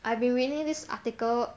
I've been really this article